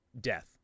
death